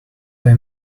they